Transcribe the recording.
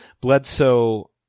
Bledsoe